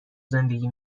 زندگی